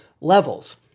levels